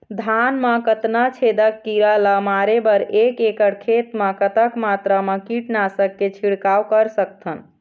धान मा कतना छेदक कीरा ला मारे बर एक एकड़ खेत मा कतक मात्रा मा कीट नासक के छिड़काव कर सकथन?